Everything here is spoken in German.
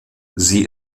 sie